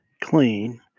clean